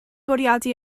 bwriadu